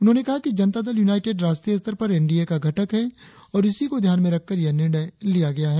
उन्होंने कहा कि जनता दल यूनाईटेड राष्ट्रीय स्तर पर एनडीए का घटक है और इसी को ध्यान में रखकर यह निर्णय लिया गया है